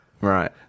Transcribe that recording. Right